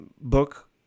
book